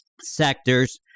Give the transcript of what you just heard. sectors